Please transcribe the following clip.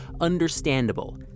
understandable